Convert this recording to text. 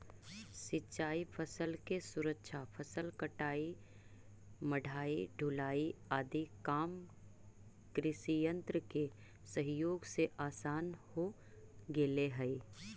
सिंचाई फसल के सुरक्षा, फसल कटाई, मढ़ाई, ढुलाई आदि काम कृषियन्त्र के सहयोग से आसान हो गेले हई